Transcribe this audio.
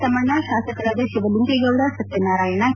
ತಮ್ಮಣ್ಣ ಶಾಸಕರಾದ ಶಿವಲಿಂಗೇಗೌಡ ಸತ್ಯನಾರಾಯಣ ಕೆ